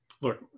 Look